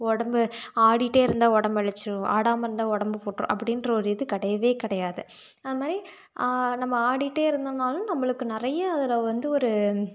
உடம்பு ஆடிகிட்டே இருந்தால் உடம்பு இளச்சிடும் ஆடாமல் இருந்தால் உடம்பு போட்டிரும் அப்படிங்ற ஒரு இது கிடையவே கிடையாது அந்த மாரி நம்ம ஆடிகிட்டே இருந்தோம்னாலும் நம்மளுக்கு நிறைய அதில் வந்து ஒரு